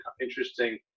interesting